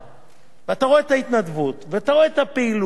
ואתה רואה את ההתנדבות ואתה רואה את הפעילות ואתה